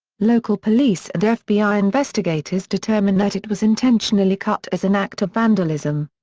local police and fbi investigators determined that it was intentionally cut as an act of vandalism.